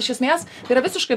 iš esmės yra visiškai